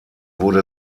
wurde